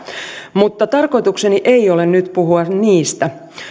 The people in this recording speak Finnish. mutta tarkoitukseni ei ole nyt puhua niistä